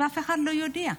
ואף אחד לא יודע,